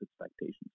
expectations